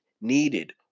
needed